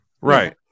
right